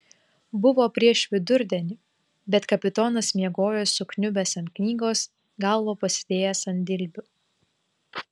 buvo prieš vidurdienį bet kapitonas miegojo sukniubęs ant knygos galvą pasidėjęs ant dilbių